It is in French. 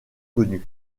connue